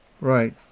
right